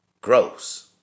gross